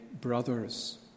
brothers